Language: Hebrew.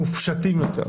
מופשטים יותר,